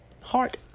heart